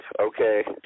Okay